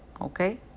Okay